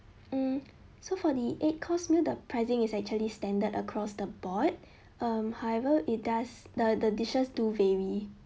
mm so for the eight course meal the pricing is actually standard across the board um however it does the dishes do vary